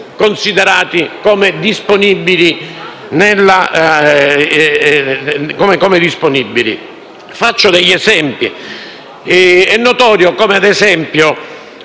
considerati come disponibili. Faccio degli esempi: è notorio come la possibilità